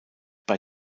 bei